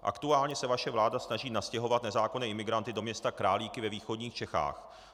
Aktuálně se vaše vláda snaží nastěhovat nezákonné imigranty do města Králíky ve východních Čechách.